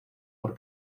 por